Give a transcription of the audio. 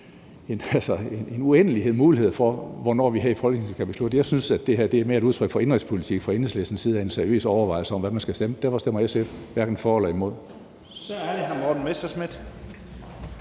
jeg, uendelige muligheder for, hvornår vi her i Folketinget skal beslutte det. Jeg synes, at det her mere er et udtryk for indenrigspolitik fra Enhedslistens side end en seriøs overvejelse om, hvad man skal stemme. Derfor stemmer SF hverken for eller imod.